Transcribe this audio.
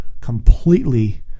completely